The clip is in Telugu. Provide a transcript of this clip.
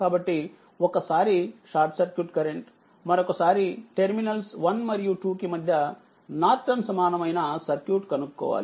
కాబట్టి ఒకసారి షార్ట్ సర్క్యూట్ కరెంట్ మరొక సారి టెర్మినల్స్ 1మరియు2 కి మధ్యనార్టన్ సమానమైన సర్క్యూట్ కనుక్కోవాలి